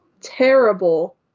terrible